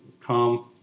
come